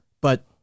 But-